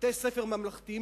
בתי-ספר ממלכתיים,